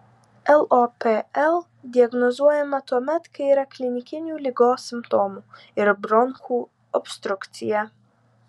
lopl diagnozuojama tuomet kai yra klinikinių ligos simptomų ir bronchų obstrukcija